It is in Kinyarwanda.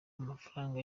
amafaranga